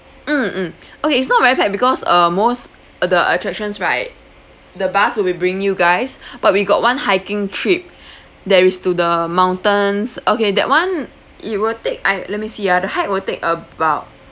mm mm okay it's not very packed because uh most uh the attractions right the bus will be bringing you guys but we got one hiking trip that is to the mountains okay that one it will take I let me see ah the hike will take about